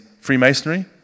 Freemasonry